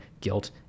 guilt